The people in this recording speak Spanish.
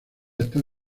están